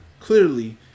Clearly